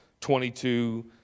22